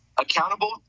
accountable